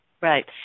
Right